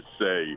say